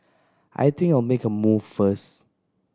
I think I'll make a move first